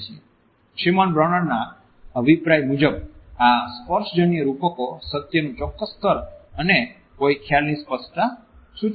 Simon બ્રોનરના અભિપ્રાય મુજબ આ સ્પર્શજન્ય રૂપકો સત્યનું ચોક્કસ સ્તર અને કોઈ ખ્યાલની સ્પષ્ટતા સૂચવે છે